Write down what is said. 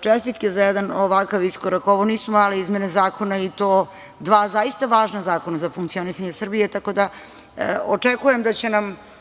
čestitke za jedan ovakav iskorak. Ovo nisu male izmene zakona, i to dva zaista važna zakona za funkcionisanje Srbije. Tako da, očekujem da će nam